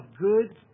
good